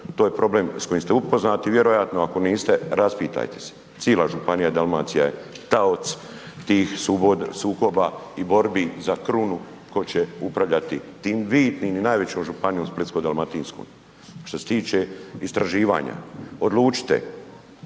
To je problem s kojim ste upoznati vjerojatno, ako niste, raspitajte se. Cijela županija i Dalmacija je taoc tih sukoba i borbi za krunu tko će upravljati tim bitnim i najvećom županijom, Splitsko-dalmatinskoj. Što se tiče istraživanja, odlučite.